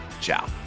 Ciao